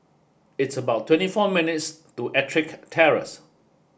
it's about twenty our minutes' to Ettrick Terrace